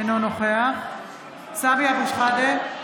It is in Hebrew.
אינו נוכח סמי אבו שחאדה,